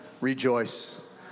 rejoice